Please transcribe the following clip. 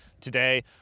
today